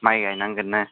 माइ गायनांगोनना